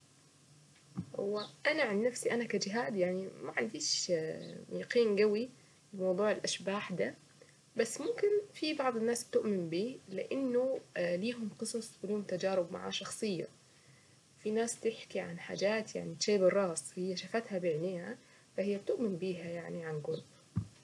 وانا عن نفسي انا كجهاد يعني ما عنديش اه يقين قوي بموضوع الاشباح دا بس ممكن في بعض الناس تؤمن به لانه اه لهم قصص وليهم تجارب مع شخصية في ناس تحكي عن حاجات يعني تشيب الرأس هي شافتها بعينيها فهي بتؤمن بيها يعني.